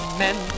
men